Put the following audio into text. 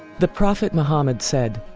the prophet muhammad said,